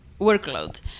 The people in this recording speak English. workload